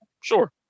sure